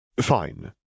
Fine